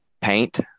paint